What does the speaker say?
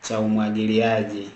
cha umwagiliaji.